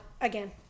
again